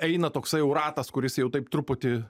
eina toksai jau ratas kuris jau taip truputį